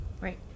Right